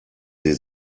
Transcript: sie